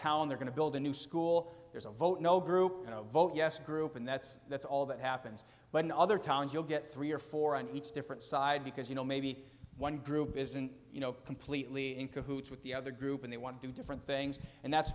town they're going to build a new school there's a vote no group vote yes group and that's that's all that happens but in other towns you'll get three or four on each different side because you know maybe one group isn't completely in cahoots with the other group and they want to do different things and that's